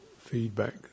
feedback